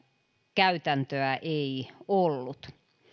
käytäntöä ei ollut tuossa